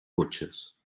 cotxes